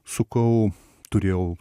sukau turėjau